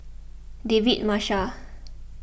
David Marshall